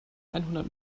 einhundert